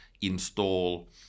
install